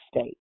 state